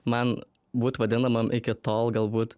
man būt vadinamam iki tol galbūt